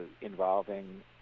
involving